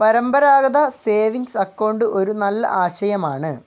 പരമ്പരാഗത savings account ഒരു നല്ല ആശയമാണ്